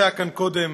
שהיה כאן קודם.